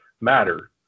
matter